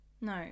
No